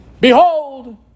behold